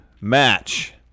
match